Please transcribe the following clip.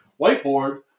whiteboard